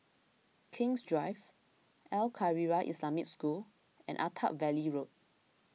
King's Drive Al Khairiah Islamic School and Attap Valley Road